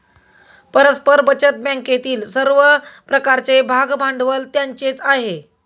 परस्पर बचत बँकेतील सर्व प्रकारचे भागभांडवल त्यांचेच आहे